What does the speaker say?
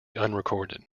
unrecorded